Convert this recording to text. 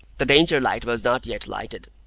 the danger-light was not yet lighted.